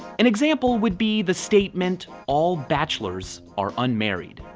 an example would be the statement all bachelors are unmarried.